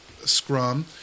scrum